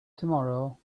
tomorrow